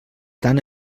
tant